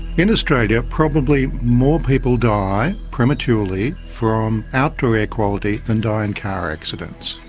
in australia probably more people die prematurely from outdoor air quality than die in car accidents.